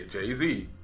Jay-Z